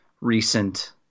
recent